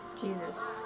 Jesus